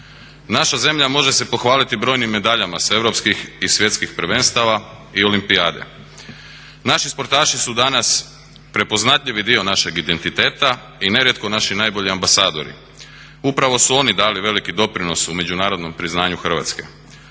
Naša zemlja može se pohvaliti brojim medaljama sa europskih i svjetskih prvenstava i olimpijade. Naši sportaši su danas prepoznatljivi dio našeg identiteta i nerijetko naši najbolji ambasadori. Upravo su oni dali veliki doprinos u međunarodnom priznanju Hrvatske,